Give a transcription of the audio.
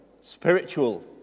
spiritual